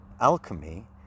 alchemy